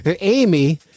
amy